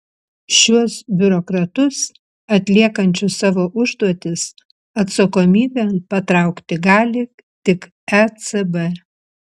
šiuos biurokratus atliekančius savo užduotis atsakomybėn patraukti gali tik ecb